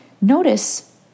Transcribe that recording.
notice